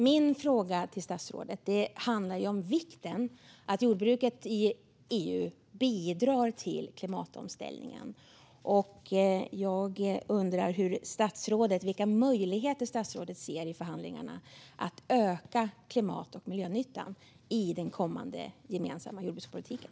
Min fråga till statsrådet handlar om vikten av att jordbruket i EU bidrar till klimatomställningen. Jag undrar vilka möjligheter statsrådet ser i förhandlingarna att öka klimat och miljönyttan i den kommande gemensamma jordbrukspolitiken.